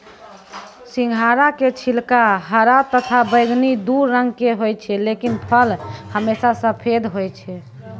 सिंघाड़ा के छिलका हरा तथा बैगनी दू रंग के होय छै लेकिन फल हमेशा सफेद होय छै